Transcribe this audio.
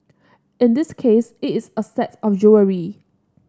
in this case it is a set of jewellery